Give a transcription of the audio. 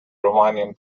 romanian